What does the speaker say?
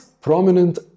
prominent